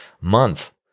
month